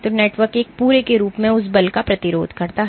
तो नेटवर्क एक पूरे के रूप में उस बल का प्रतिरोध करता है